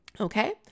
Okay